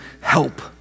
help